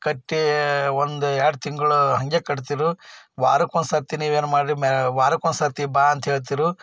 ಕಟ್ಟಿ ಒಂದು ಎರ್ಡು ತಿಂಗಳು ಹಂಗೆ ಕಟ್ತಿರು ವಾರಕ್ಕೊಂದ್ಸತಿ ನೀವೇನು ಮಾಡಿ ವಾರಕ್ಕೊಂದ್ಸರ್ತಿ ಬಾ ಅಂತಹೇಳ್ತಿರು